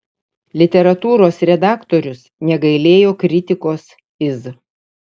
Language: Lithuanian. literatūros redaktorius negailėjo kritikos iz